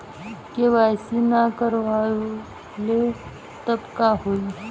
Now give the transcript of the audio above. KYC ना करवाएम तब का होई?